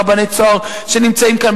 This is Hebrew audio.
רבני "צהר" שנמצאים כאן,